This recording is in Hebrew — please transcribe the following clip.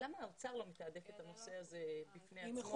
ולמה האוצר לא מתעדף את הנושא הזה בפני עצמו